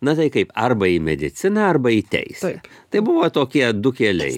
na tai kaip arba į mediciną arba į teisę tai buvo tokie du keliai